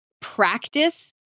practice